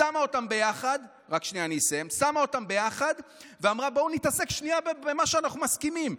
שמה אותם ביחד ואמרה: בואו נתעסק שנייה במה שאנחנו מסכימים.